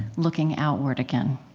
looking outward again.